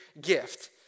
gift